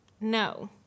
No